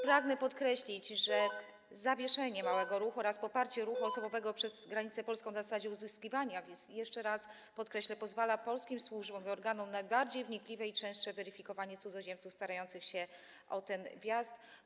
Pragnę podkreślić, że zawieszenie małego ruchu oraz poparcie ruchu osobowego przez granicę polską na zasadzie uzyskiwania wiz pozwala polskim służbom i organom na bardziej wnikliwe i częstsze weryfikowanie cudzoziemców starających się o ten wjazd.